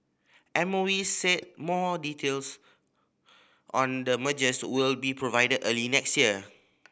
M O E said more details on the mergers will be provided early next year